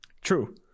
True